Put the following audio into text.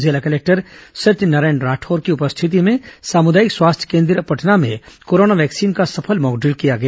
जिला कलेक्टर सत्यनारायण राठौर की उपस्थिति में सामुदायिक स्वास्थ्य केन्द्र पटना में कोरोना वैक्सीन का सफल मॉकड्रिल किया गया